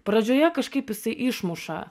pradžioje kažkaip jisai išmuša